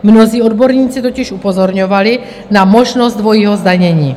Mnozí odborníci totiž upozorňovali na možnost dvojího zdanění.